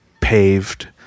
paved